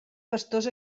pastors